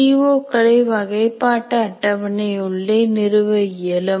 CO களை வகைப்பாட்டு அட்டவணை உள்ளே நிறுவ இயலும்